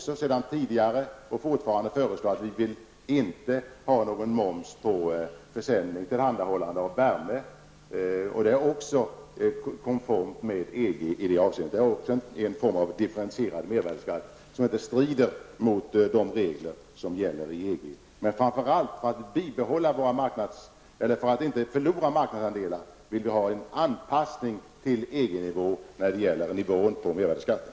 Sedan tidigare vill vi inte ha någon moms på tillhandahållande av värme. Det är också konformt med EG. Det är en form av differentierad mervärdeskatt som inte strider mot de regler som gäller i EG. För att inte förlora våra marknadsandelar vill vi framför allt ha en anpassning till EG-nivån av mervärdeskatten.